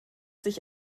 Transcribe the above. sich